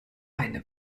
eine